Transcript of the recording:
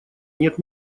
нет